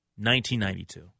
1992